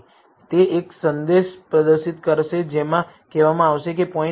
તેથી તે એક સંદેશ પ્રદર્શિત કરશે જેમાં કહેવામાં આવશે કે 0